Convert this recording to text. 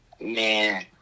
Man